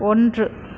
ஒன்று